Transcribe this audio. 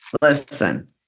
Listen